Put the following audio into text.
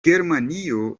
germanio